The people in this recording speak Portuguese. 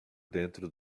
dentro